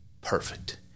perfect